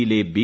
യിലെ ബി